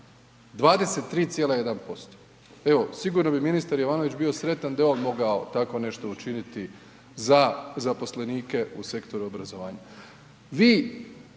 23,1%. Evo, sigurno bi ministar Jovanović bio sretan da je on mogao tako nešto učiniti za zaposlenike u sektoru obrazovanja.